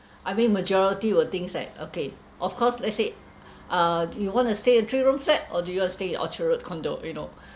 I mean majority will think like okay of course let's say uh you wanna stay in three room flat or do you want to stay in orchard road condo you know